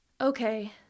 Okay